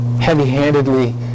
heavy-handedly